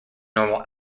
normal